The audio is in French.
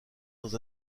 dans